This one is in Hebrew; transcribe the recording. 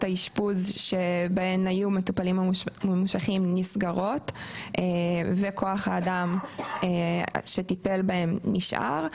היו המטופלים הממושכים נסגרות וכוח האדם שטיפל בהם נשאר,